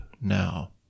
now